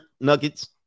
nuggets